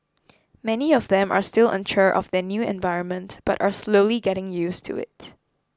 many of them are still unsure of their new environment but are slowly getting used to it